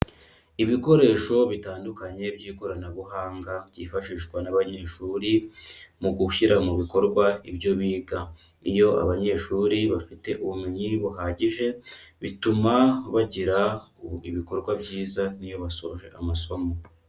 Ibikoresho bitandukanye by'ikoranabuhanga byifashishwa n'abanyeshuri mu gushyira mu bikorwa ibyo biga, iyo abanyeshuri bafite ubumenyi buhagije bituma bagira ibikorwa byiza n'iyo basoje amasomo.